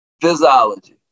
physiology